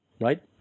right